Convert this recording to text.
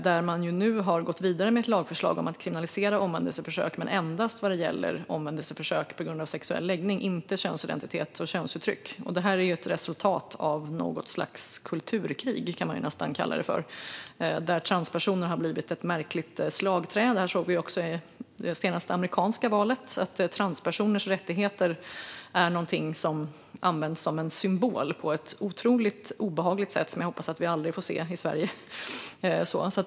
Där har man nu gått vidare med ett lagförslag om att kriminalisera omvändelseförsök men endast vad gäller omvändelseförsök på grund av sexuell läggning, inte könsidentitet och könsuttryck. Det här är ett resultat av något slags kulturkrig, kan man nästan kalla det för, där transpersoner har blivit ett märkligt slagträ. Vi såg också i det senaste amerikanska valet att transpersoners rättigheter var något som användes som en symbol på ett otroligt obehagligt sätt som jag hoppas att vi aldrig får se i Sverige.